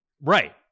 Right